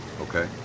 okay